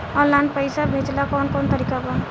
Online पइसा भेजेला कवन कवन तरीका बा?